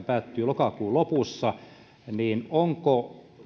päättyy lokakuun lopussa onko